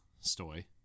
Stoy